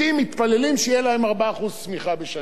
מתפללים שיהיה להם 4% צמיחה בשנה.